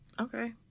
Okay